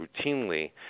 routinely